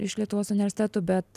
iš lietuvos universitetų bet